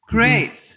Great